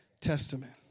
Testament